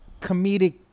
comedic